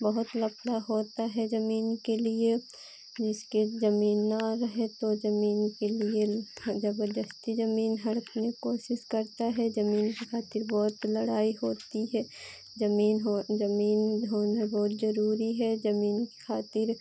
बहुत लफड़ा होता है ज़मीन के लिए जिसकी ज़मीन ना रहे तो ज़मीन के लिए हाँ ज़बरदस्ती ज़मीन हड़पने की कोशिश करता है ज़मीन के ख़ातिर बहुत लड़ाई होती है ज़मीन हो ज़मीन होना बहुत ज़रूरी है ज़मीन की ख़ातिर